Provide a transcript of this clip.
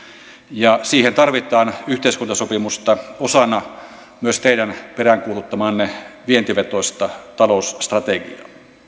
ja siihen tarvitaan yhteiskuntasopimusta osana myös teidän peräänkuuluttamaanne vientivetoista talousstrategiaa